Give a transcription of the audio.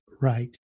Right